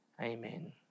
Amen